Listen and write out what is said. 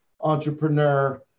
entrepreneur